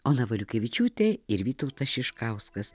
ona valiukevičiūtė ir vytautas šiškauskas